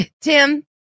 tim